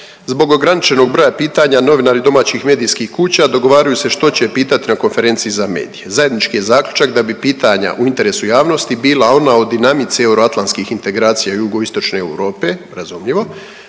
zbog ograničenog broja pitanja novinari domaćih medijskih kuća dogovaraju se što će pitati na konferenciji za medije. Zajednički je zaključak da bi pitanja u interesu javnosti bila ona o dinamici euroatlanskih integracija jugoistočne Europe, razumljivo,